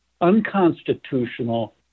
Unconstitutional